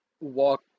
walk